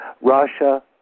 Russia